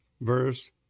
verse